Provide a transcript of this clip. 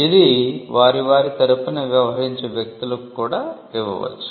ఇది వారి తరపున వ్యవహరించే వ్యక్తులకు లకు కూడా ఇవ్వవచ్చు